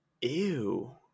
ew